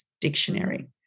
dictionary